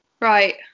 Right